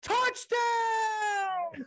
Touchdown